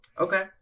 Okay